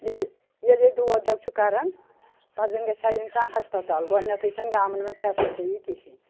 ییٚلہِ یَیٚلَے دود دَگ چھُ کران پتہٕ زَن گژھِ ہا اِنسان ہسپَتال گۄڈٕنیٚتھٕے چھَنہٕ گامَن منٛز فَیسَلٹی کِہیٖنۍ